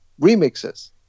remixes